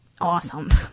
awesome